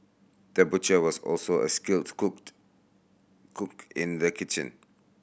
the butcher was also a skilled cooked cook in the kitchen